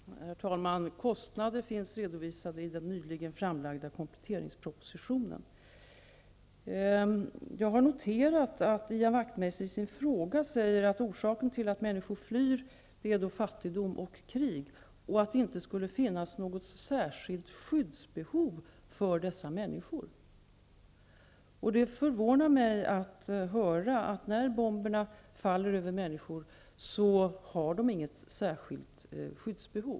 Herr talman! Kostnaderna finns redovisade i den nyligen framlagda kompletteringspropositionen. Jag har noterat att Ian Wachtmeister i sin fråga säger att orsaken till att människor flyr är fattigdom och krig. Han säger vidare att det inte finns något särskilt skyddsbehov för dessa människor. Det förvånar mig att höra att människor inte har något särskilt skyddsbehov när bomberna faller över dem.